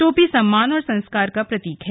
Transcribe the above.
टोपी सम्मान और संस्कार का प्रतीक है